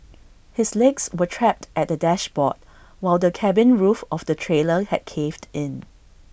his legs were trapped at the dashboard while the cabin roof of the trailer had caved in